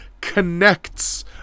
connects